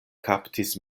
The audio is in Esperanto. kaptis